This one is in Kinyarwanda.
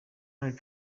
donald